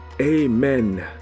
Amen